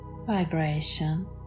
vibration